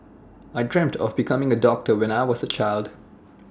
I dreamt of becoming A doctor when I was A child